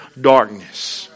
darkness